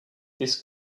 this